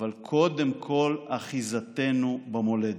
אבל קודם כול אחיזתנו במולדת,